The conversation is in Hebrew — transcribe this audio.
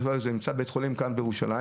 דבר זה נמצא בבית חולים כאן בירושלים.